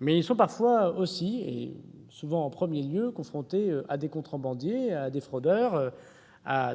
Mais ils sont aussi parfois, et souvent en premier lieu, confrontés à des contrebandiers, des fraudeurs,